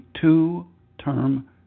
two-term